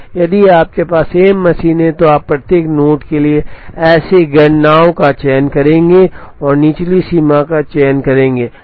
यदि आपके पास एम मशीनें हैं तो आप प्रत्येक नोड के लिए ऐसी गणनाओं का चयन करेंगे और निचली सीमा का चयन करेंगे